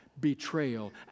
betrayal